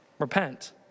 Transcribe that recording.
Repent